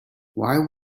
why